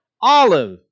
Olive